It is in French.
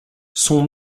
son